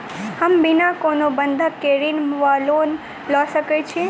हम बिना कोनो बंधक केँ ऋण वा लोन लऽ सकै छी?